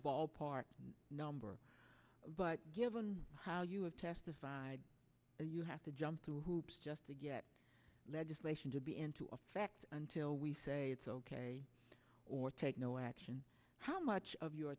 ballpark number but given how you have testified you have to jump through hoops just to get legislation to be into effect until we say it's ok or take no action how much of your